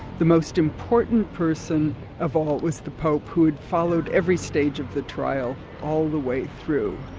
the most important person of all was the pope who had followed every stage of the trial all the way through.